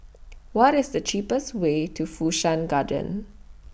What IS The cheapest Way to Fu Shan Garden